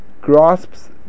grasps